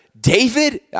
David